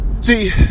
See